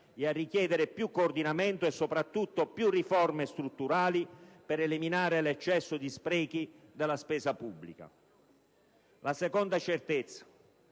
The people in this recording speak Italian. e a richiedere più coordinamento e, soprattutto, più riforme strutturali, per eliminare l'eccesso di sprechi nella spesa pubblica. La seconda certezza: